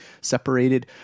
separated